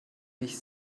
nicht